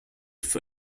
for